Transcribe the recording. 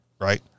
right